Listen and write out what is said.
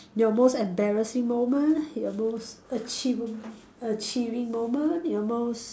your most embarassing moment your most achieveab~ achieving moment your most